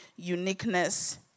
uniqueness